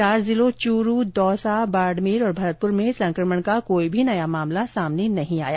चार जिलों चूरू दौसा बाड़मेर और भरतपुर में संकमण का कोई भी नया मामला सामने नहीं आया